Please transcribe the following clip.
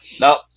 No